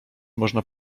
można